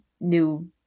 new